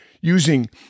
using